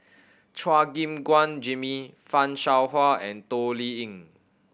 Chua Gim Guan Jimmy Fan Shao Hua and Toh Liying